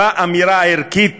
אמר אמירה ערכית